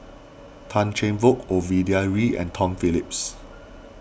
Tan Cheng Bock Ovidia Yu and Tom Phillips